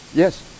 Yes